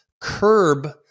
curb